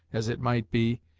as it might be,